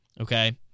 Okay